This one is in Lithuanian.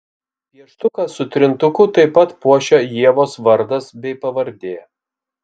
pieštuką su trintuku taip pat puošia ievos vardas bei pavardė